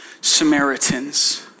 Samaritans